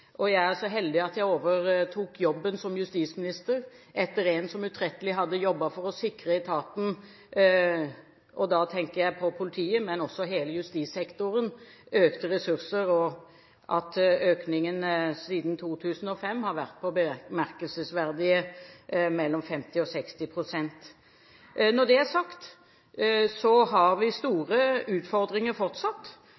Jeg er så heldig at jeg overtok jobben som justisminister etter en som utrettelig hadde jobbet for å sikre etaten – da tenker jeg på politiet og hele justissektoren – økte ressurser, og økningen har siden 2005 bemerkelsesverdig vært på mellom 50 og 60 pst. Når det er sagt, har vi